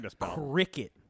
cricket